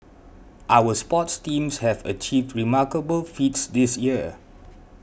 our sports teams have achieved remarkable feats this year